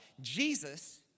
Jesus